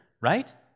right